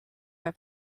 were